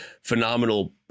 phenomenal